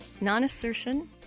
non-assertion